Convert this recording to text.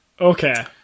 Okay